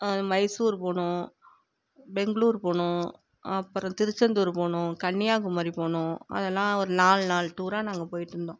மைசூர் போனோம் பெங்களூர் போனோம் அப்புறம் திருச்செந்தூர் போனோம் கன்னியாகுமாரி போனோம் அதெல்லாம் ஒரு நால் நாள் டூராக நாங்கள் போயிட்டுருந்தோம்